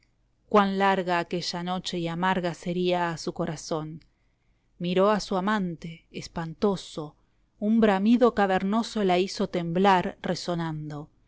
cuan larga esteban echbveeef a aquella noche y amarga sería a su corazón miró a su amante espantoso un bramido cavernoso la hizo temblar resonando